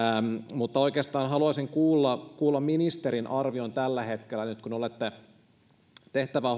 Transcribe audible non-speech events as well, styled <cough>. mutta oikeastaan haluaisin kuulla kuulla ministerin arvion nyt kun olette tehtävää <unintelligible>